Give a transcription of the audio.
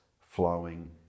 flowing